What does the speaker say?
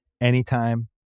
Anytime